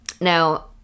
Now